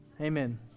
Amen